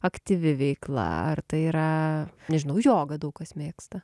aktyvi veikla ar tai yra nežinau jogą daug kas mėgsta